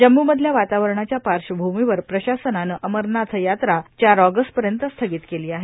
जम्म् मधल्या वातावरणाच्या पार्श्वभूमीवर प्रशासनानं अमरनाथ यात्रा चार ऑगस् पर्यंत स्थगित केली आहे